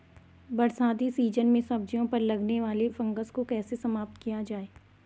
बरसाती सीजन में सब्जियों पर लगने वाले फंगस को कैसे समाप्त किया जाए?